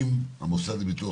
האם המוסד לביטוח